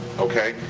okay?